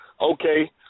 okay